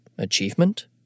achievement